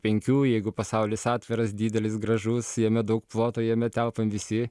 penkių jeigu pasaulis atviras didelis gražus jame daug ploto jame telpam visi